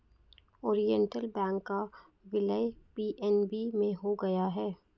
Oriental bank का विलय PNB में हो गया है